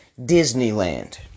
Disneyland